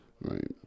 Right